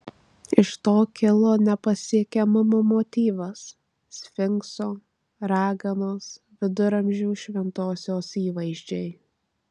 iš to kilo nepasiekiamumo motyvas sfinkso raganos viduramžių šventosios įvaizdžiai